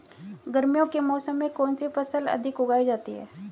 गर्मियों के मौसम में कौन सी फसल अधिक उगाई जाती है?